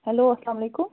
hello اَسَلام علیکُم